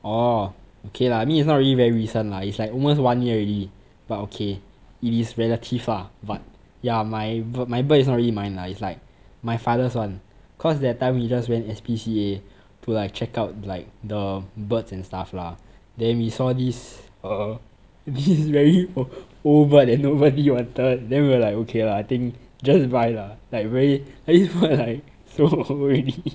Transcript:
orh okay lah I mean it's not really very recent lah it's like almost one year already but okay it is relative lah but ya my my bird is not really mine lah it's like my father's [one] cause that time we just went S_P_C_A to like check out like the birds and stuff lah then we saw this err this very o~ old bird that nobody wanted then we were like okay lah I think just buy lah like very this bird like so old already